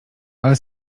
ale